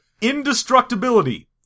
indestructibility